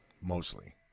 mostly